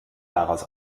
daraus